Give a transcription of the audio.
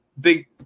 big